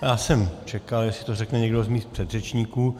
Já jsem čekal, jestli to řekne někdo z mých předřečníků.